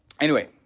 anyway,